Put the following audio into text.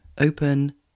open